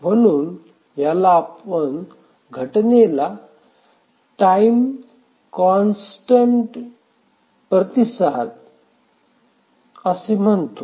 म्हणून ह्याला आपण घटनेला टाईम कॉन्स्ट्नेड प्रतिसाद" असे म्हणतो